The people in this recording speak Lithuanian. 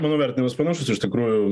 manau vertinimas panašus iš tikrųjų